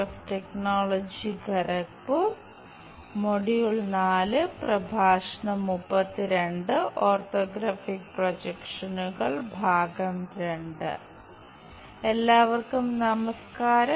orthographic പ്രൊജക്ഷനുകൾ II ഭാഗം 2 എല്ലാവർക്കും നമസ്ക്കാരം